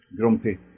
grumpy